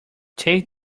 take